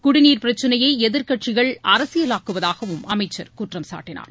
குடிதண்ணீர் பிரச்சனையை எதிர்க்கட்சிகள் அரசியலாக்குவதாகவும் அமைச்சர் குற்றம் சாட்டினார்